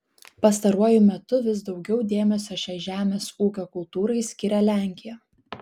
pastaruoju metu vis daugiau dėmesio šiai žemės ūkio kultūrai skiria lenkija